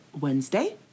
Wednesday